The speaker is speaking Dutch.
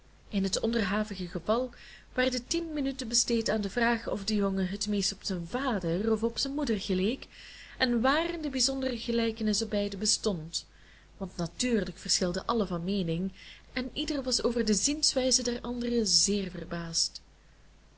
in het onderhavige geval werden tien minuten besteed aan de vraag of de jongen het meest op zijn vader of op zijn moeder geleek en wààrin de bijzondere gelijkenis op beiden bestond want natuurlijk verschilden allen van meening en ieder was over de zienswijze der anderen zeer verbaasd